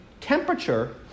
temperature